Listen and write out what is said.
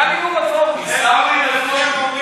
גפני, אבל הוא רפורמי.